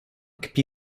kpi